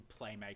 playmaker